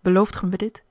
belooft gij mij dit